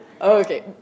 Okay